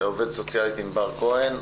עובדת סוציאלית ענבר כהן,